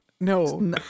No